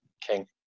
King